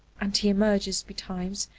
and he emerges betimes,